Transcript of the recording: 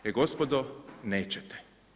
E gospodo nećete!